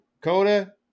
Coda